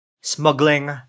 Smuggling